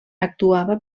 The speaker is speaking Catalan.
actuava